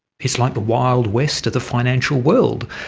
it's like the wild west of the financial world.